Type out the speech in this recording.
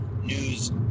news